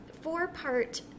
four-part